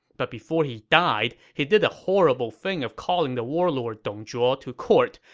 but before he died, he did the horrible thing of calling the warlord dong zhuo to court,